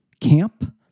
camp